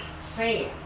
sand